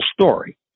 story